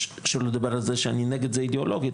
שלא לדבר על זה שאני נגד זה אידיאולוגית,